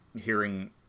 hearing